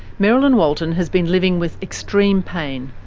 merrilyn walton has been living with extreme pain.